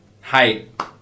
height